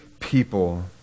people